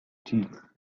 tea